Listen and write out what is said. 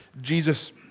Jesus